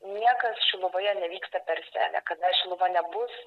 niekas šiluvoje nevyksta persenę kada šiluva nebus